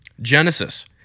Genesis